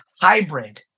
hybrid